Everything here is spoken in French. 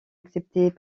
acceptés